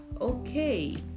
Okay